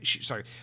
sorry